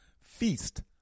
Feast